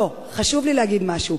לא, חשוב לי להגיד משהו.